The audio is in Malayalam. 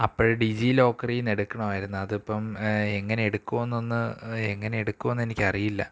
അപ്പോള് ഡിജി ലോക്കറില്നിന്ന് എടുക്കണമായിരുന്നു അത് ഇപ്പോള് എങ്ങനെ എടുക്കുമെന്ന് ഒന്ന് എങ്ങനെ എടുക്കുമെന്നെനിക്കറിയില്ല